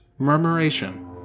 murmuration